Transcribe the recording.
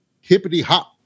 hippity-hop